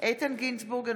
איתן גינזבורג,